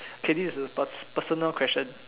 K this is per personal question